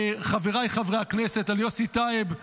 לחבריי חברי הכנסת, ליוסי טייב,